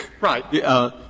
Right